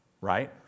right